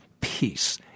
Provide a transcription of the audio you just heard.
peace